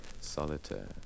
solitaire